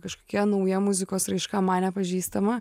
kažkokia nauja muzikos raiška man nepažįstama